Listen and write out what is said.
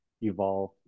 evolve